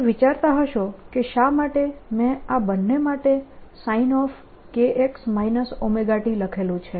તમે વિચારતા હશો કે શા માટે મેં બંને માટે sin kx ωt લખેલું છે